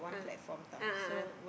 ah a'ah ah